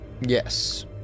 Yes